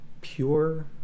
pure